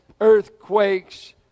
earthquakes